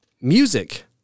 Music